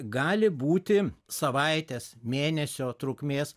gali būti savaitės mėnesio trukmės